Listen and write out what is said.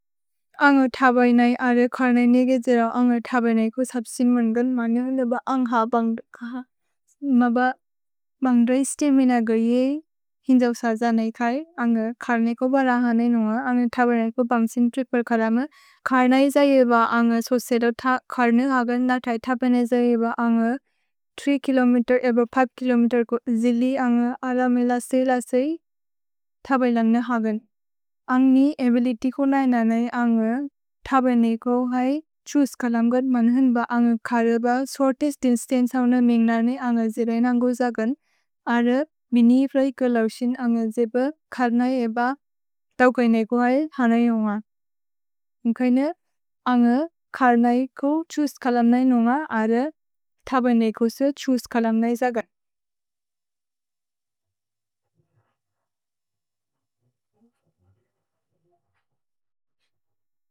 अन्ग थबै नै अरे खर्ने नेगेजेर अन्ग थबै नै कु सप्सिन् मन्गन् मन्यो लेब अन्ग् हा बन्ग्द्र। मब बन्ग्द्रै स्तेमिन गरिये हिन्जौ सर्ज नै थै। अन्ग खर्ने को बरह नै नुअ। अन्ग थबै नै कु बन्सिन् त्रिपर् खरम। खर् नै जयेब अन्ग सोसेदो खर्ने हगन्। न थै थबै नै जयेब अन्ग तीन किलोमेत्रे एब पाँच किलोमेत्रे कु जिलि। अन्ग अलमेल सेलसेइ थबै लन हगन्। अन्ग नि अबिलित्य् को नैन नै अन्ग थबै नै को है तीन किलोमेत्रे मन्हन् ब अन्ग खर्र ब सोतिस् दिस्तन्चे हओ न मिन्ग् नने अन्ग जिरै नन्गो जगन्। अर मिनि फ्लिके लौसिन् अन्ग जयेब खर् नै एब दव्कै नै को है हन इउन्ग। म्कैने अन्ग खर् नै को तीन किलोमेत्रे इउन्ग अर थबै नै को से तीन किलोमेत्रे जगन्।